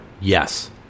Yes